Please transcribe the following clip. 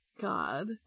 God